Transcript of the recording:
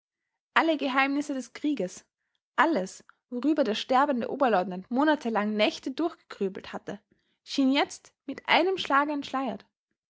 alle geheimnisse des krieges alles worüber der sterbende oberleutnant monatelang nächte durchgrübelt hatte schien jetzt mit einem schlage